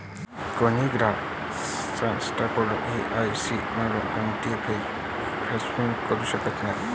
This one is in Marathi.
कोणीही ग्राहक संस्थेकडून के.वाय.सी मुळे कोणत्याही फसवणूक करू शकत नाही